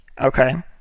Okay